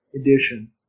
edition